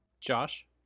Josh